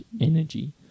energy